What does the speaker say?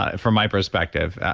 ah from my perspective.